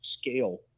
scale